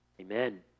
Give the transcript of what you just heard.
Amen